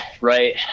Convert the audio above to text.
Right